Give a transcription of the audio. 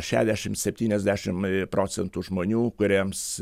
šešiasdešim septyniasdešim procentų žmonių kuriems